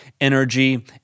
energy